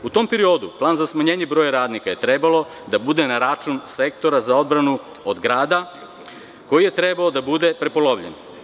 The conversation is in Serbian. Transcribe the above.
U tom periodu, plan za smanjenje broja radnika je trebalo da bude na račun Sektora za odbranu od grada, koji je trebao da bude prepolovljen.